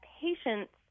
patient's